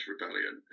rebellion